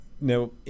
Now